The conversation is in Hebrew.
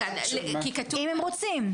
אם הם רוצים.